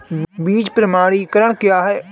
बीज प्रमाणीकरण क्या है?